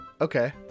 Okay